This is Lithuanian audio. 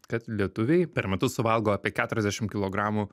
kad lietuviai per metus suvalgo apie keturiasdešimt kilogramų